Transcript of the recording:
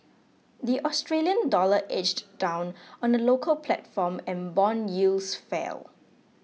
the Australian dollar edged down on the local platform and bond yields fell